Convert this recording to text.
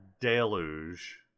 deluge